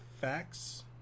facts